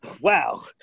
Wow